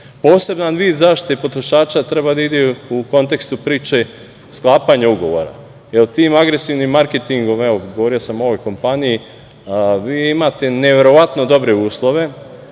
stvari. Poseban vid zaštite potrošača treba da ide u kontekstu priče sklapanja ugovora, jer tim agresivnim marketingom, evo, govorio sam o ovoj kompaniji, vi imate neverovatno dobre uslove